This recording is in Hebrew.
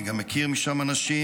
אני גם מכיר משם אנשים,